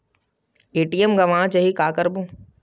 ATM गवां जाहि का करबो?